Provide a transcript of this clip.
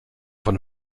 von